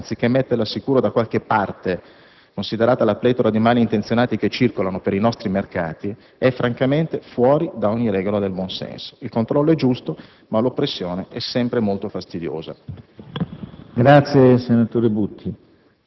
magari ambulante, lasci grandi somme nelle casse anziché metterle al sicuro da qualche parte, considerata la pletora di malintenzionati che circolano per i nostri mercati, è francamente fuori da ogni regola del buonsenso. Il controllo è giusto, ma l'oppressione è sempre molto fastidiosa.